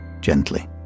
Gently